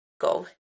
go